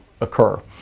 occur